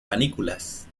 panículas